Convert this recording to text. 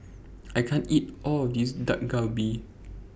I can't eat All of This Dak Galbi